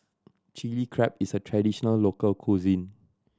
Chilli Crab is a traditional local cuisine